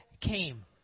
came